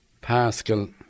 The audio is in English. Pascal